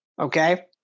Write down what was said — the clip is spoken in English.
Okay